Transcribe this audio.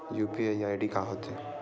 UPI ID का होथे?